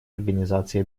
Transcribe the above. организации